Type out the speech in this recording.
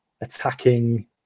attacking